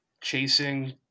chasing